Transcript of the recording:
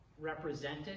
represented